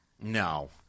No